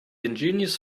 ingenious